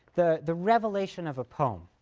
the the revelation of a poem.